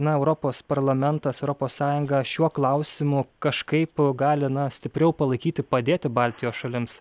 na europos parlamentas europos sąjunga šiuo klausimu kažkaip gali stipriau palaikyti padėti baltijos šalims